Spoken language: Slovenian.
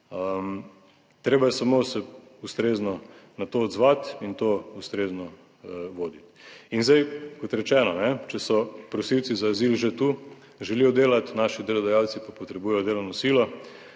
Treba je samo se ustrezno na to odzvati in to ustrezno voditi. In zdaj, kot rečeno, če so prosilci za azil že tu, želijo delati, naši delodajalci pa potrebujejo delovno silo,